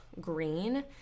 green